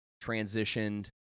transitioned